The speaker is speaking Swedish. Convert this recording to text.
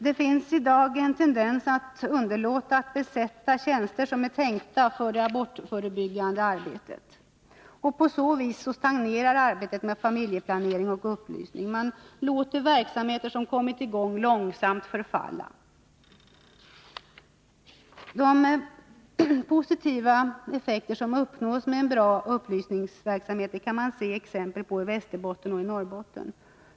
Det finns i dag en tendens att underlåta att besätta tjänster som är tänkta för det abortförebyggande arbetet. På så vis stagnerar arbetet med familjeplanering och upplysning. Man låter verksamheter som har kommit i gång långsamt förfalla. De positiva effekter som uppnås med en bra upplysningsverksamhet kan man se exempelvis i Västerbotten och i Norrbotten.